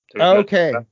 Okay